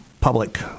public